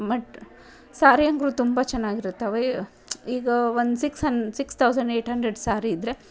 but sari ಅಂಕ್ರು ತುಂಬ ಚೆನ್ನಾಗಿರುತ್ತವೆ ಈಗ ಒಂದು six hundred six thousand eight hundred sari ಇದ್ದರೆ